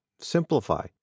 simplify